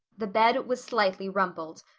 the bed was slightly rumpled.